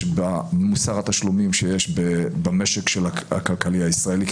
במוסר התשלומים שיש במשק הכלכלי הישראלי,